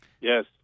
Yes